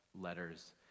letters